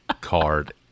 card